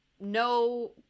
no